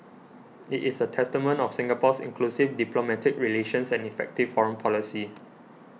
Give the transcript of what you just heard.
it is a testament of Singapore's inclusive diplomatic relations and effective foreign policy